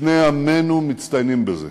ושני עמינו מצטיינים בזה.